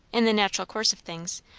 in the natural course of things,